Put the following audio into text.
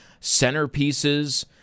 centerpieces